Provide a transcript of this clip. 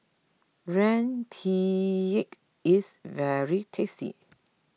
Rempeyek is very tasty